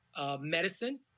medicine